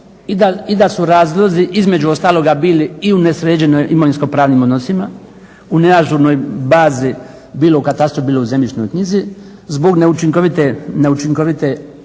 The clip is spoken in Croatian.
i da su razlozi između ostaloga bili i u nesređenoj imovinsko-pravnim odnosima, u neažurnoj bazi bilo u katastru, bilo u zemljišnoj knjizi. Zbog neučinkovite